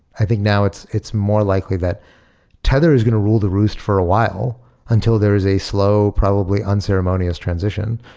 i think now it's it's more likely that tether is going to rule the roost for a while until there is a slow, probably, unceremonious transition.